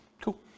Cool